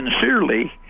sincerely